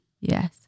Yes